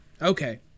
Okay